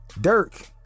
dirk